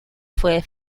fue